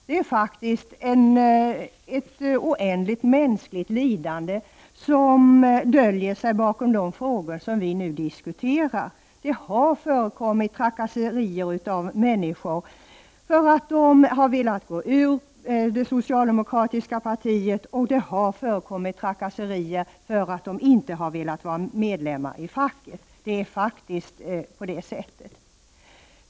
Det är faktiskt ett oändligt mänskligt lidande som döljer sig bakom de frågor som vi nu diskuterar. Det har förekommit trakasserier av människor därför att de har velat gå ur det socialdemokratiska partiet, och det har förekommit trakasserier därför att människor inte har velat vara medlemmar i facket. Det är faktiskt på det sättet.